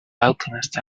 alchemist